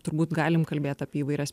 turbūt galim kalbėt apie įvairias